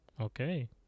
okay